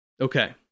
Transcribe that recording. Okay